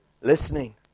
listening